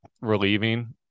relieving